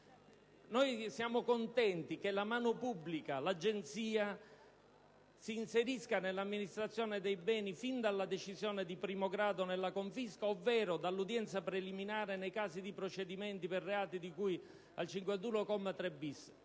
Noi siamo contenti che la mano pubblica, l'Agenzia, si inserisca nell'amministrazione dei beni fin dalla decisione di primo grado nella confisca, ovvero dall'udienza preliminare nei casi di procedimenti per reati di cui all'articolo